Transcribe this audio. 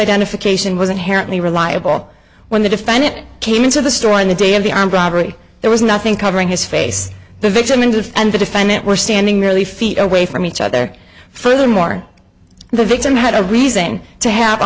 identification was inherently reliable when the define it came into the store on the day of the armed robbery there was nothing covering his face the victims of and the defendant were standing merely feet away from each other furthermore the victim had a reason to have a